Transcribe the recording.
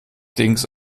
dings